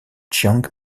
chiang